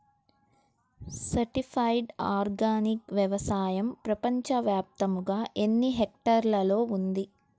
Certified organic వ్యవసాయం ప్రపంచ వ్యాప్తముగా ఎన్నిహెక్టర్లలో ఉంది?